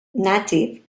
native